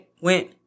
went